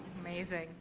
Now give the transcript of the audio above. Amazing